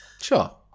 Sure